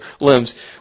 limbs